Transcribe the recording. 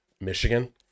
Michigan